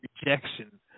rejection